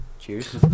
Cheers